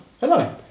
Hello